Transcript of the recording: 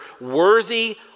worthy